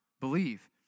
believe